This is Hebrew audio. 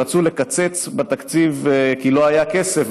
כשרצו לקצץ בתקציב כי לא היה כסף,